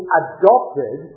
adopted